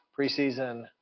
preseason